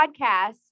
podcast